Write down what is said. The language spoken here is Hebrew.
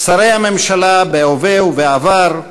שרי הממשלה בהווה ובעבר,